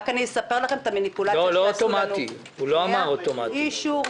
הוא לא אמר אוטומטי.